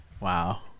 Wow